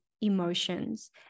emotions